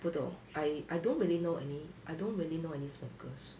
不懂 I I don't really know any I don't really know any smokers